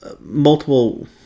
multiple